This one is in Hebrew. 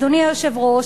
אדוני היושב-ראש,